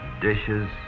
dishes